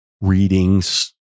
readings